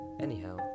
Anyhow